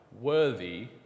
worthy